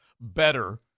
better